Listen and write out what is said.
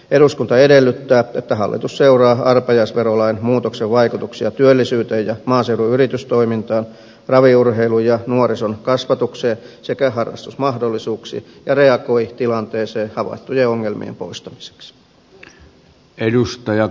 eduskunta edellyttää että hallitus seuraa arpajaisverolain muutoksen vaikutuksia työllisyyteen ja maaseudun yritystoimintaan raviurheiluun ja nuorison kasvatukseen sekä harrastusmahdollisuuksiin ja reagoi tilanteeseen havaittujen ongelmien poistamiseksi